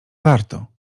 warto